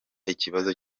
ikibazo